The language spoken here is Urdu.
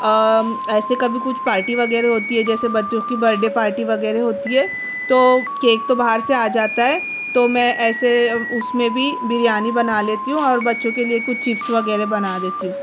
ایسے کبھی کچھ پارٹی وغیرہ ہوتی ہے جیسے بچوں کی برتھ ڈے پارٹی وغیرہ ہوتی ہے تو کیک تو باہر سے آ جاتا ہے تو میں ایسے اُس میں بھی بریانی بنا لیتی ہوں اور بچوں کے لیے کچھ چپس وغیرہ بنا دیتی ہوں